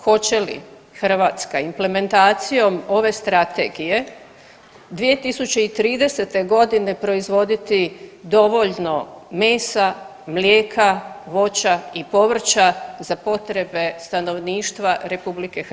Hoće li Hrvatska implementacijom ove strategije 2030. godine proizvoditi dovoljno mesa, mlijeka, voća i povrća za potrebe stanovništva RH?